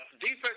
Defense